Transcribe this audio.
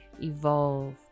evolve